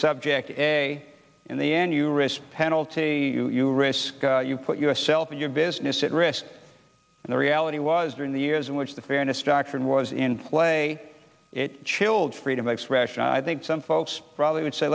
subject a in the end you risk penalty you risk you put yourself and your business at risk and the reality was during the years in which the fairness doctrine was in play it chilled freedom expression i think some folks probably